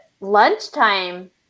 lunchtime